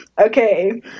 Okay